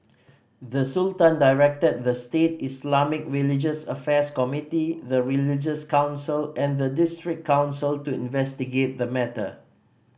the Sultan directed the state Islamic religious affairs committee the religious council and the district council to investigate the matter